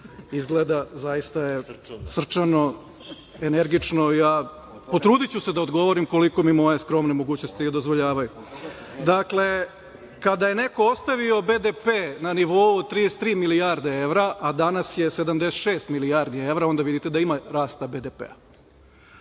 izgleda zaista srčano, energično. Potrudiću se da odgovorim koliko mi moje skromne mogućnosti dozvoljavaju. Dakle, kada je neko ostavio BDP na nivou 33 milijarde evra, a danas je 76 milijardi evra, onda vidite da ima rasta BDP-a. Što